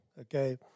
okay